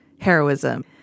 heroism